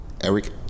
Eric